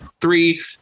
three